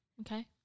Okay